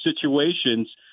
situations